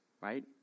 right